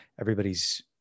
everybody's